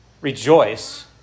Rejoice